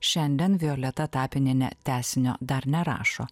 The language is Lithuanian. šiandien violeta tapinienė tęsinio dar nerašo